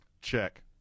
check